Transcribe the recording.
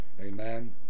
Amen